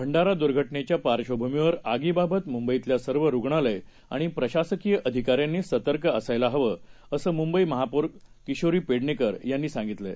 भंडारादुर्घटनेच्यापार्श्वभूमीवरआगीबाबतमुंबईतल्यासर्वरुग्णालयआणिप्रशासकीयअधिकाऱ्यांनीसतर्कअसायलाहवं असंमुंबईमहापौरकिशोरीपेडणेकरयांनीसांगितलंय